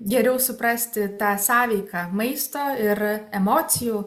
geriau suprasti tą sąveiką maisto ir emocijų